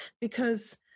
Because-